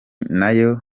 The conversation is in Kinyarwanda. nayo